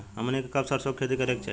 हमनी के कब सरसो क खेती करे के चाही?